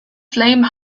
flame